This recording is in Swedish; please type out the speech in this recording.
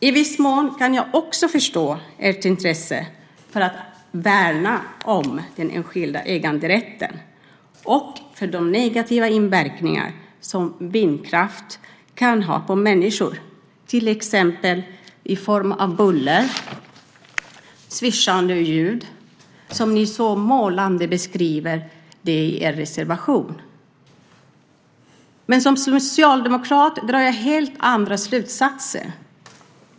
I viss mån kan jag också förstå ert intresse för att värna om den enskilda äganderätten och när det gäller den negativa inverkan som vindkraft kan ha på människor, till exempel i form av buller och svischande ljud som ni så målande beskriver i er reservation. Men som socialdemokrat drar jag helt andra slutsatser.